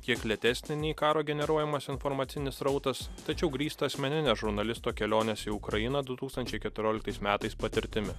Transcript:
kiek lėtesnį nei karo generuojamas informacinis srautas tačiau grįstą asmenine žurnalisto kelionės į ukrainą du tūkstančiai keturioliktais metais patirtimi